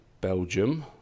Belgium